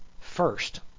First